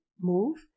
move